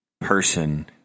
person